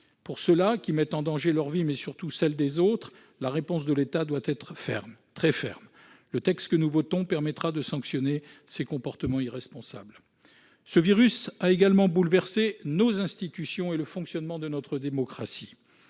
Pour ceux-là, qui mettent en danger leur vie, mais surtout celle des autres, la réponse de l'État doit être ferme, très ferme. Le texte que nous votons permettra de sanctionner ces comportements irresponsables. Ce virus a également bouleversé nos institutions et le fonctionnement de notre démocratie.